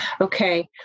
Okay